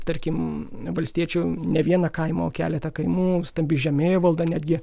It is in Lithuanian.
tarkim valstiečių ne vieną kaimą o keletą kaimų stambi žemėvalda netgi